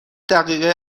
دقیقه